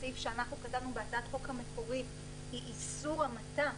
הסעיף שאנחנו כתבנו בהצעת הנוסח המקורית קורא לאיסור המתה.